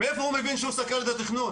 מאיפה הוא מבין שהוא מסכל את התכנון,